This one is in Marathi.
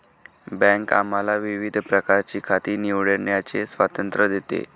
बँक आम्हाला विविध प्रकारची खाती निवडण्याचे स्वातंत्र्य देते